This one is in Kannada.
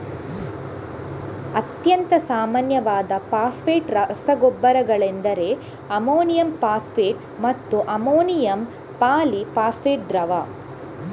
ಅತ್ಯಂತ ಸಾಮಾನ್ಯವಾದ ಫಾಸ್ಫೇಟ್ ರಸಗೊಬ್ಬರಗಳೆಂದರೆ ಅಮೋನಿಯಂ ಫಾಸ್ಫೇಟ್ ಮತ್ತೆ ಅಮೋನಿಯಂ ಪಾಲಿ ಫಾಸ್ಫೇಟ್ ದ್ರವ